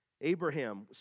Abraham